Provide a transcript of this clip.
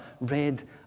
red